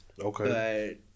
Okay